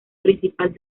principal